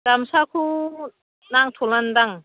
गामसाखौ नांथ'लन्दां